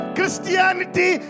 Christianity